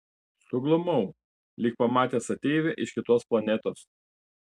suglumau lyg pamatęs ateivį iš kitos planetos